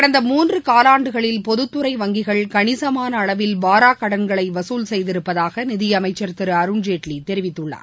கடந்த மூன்று காவாண்டுகளில் பொதுத்துறை வங்கிகள் கணிசமான அளவில் வாராக்கடன்களை வசூல் செய்திருப்பதாக நிதியமைச்சர் திரு அருண்ஜேட்லி தெரிவித்துள்ளார்